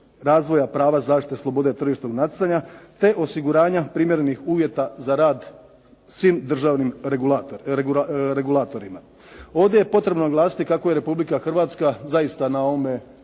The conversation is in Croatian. razvoja prava zaštite slobode tržišnog natjecanja te osiguranja primjerenih uvjeta za rad svim državnim regulatorima. Ovdje je potrebno naglasiti kako je RH zaista na ovome